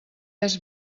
has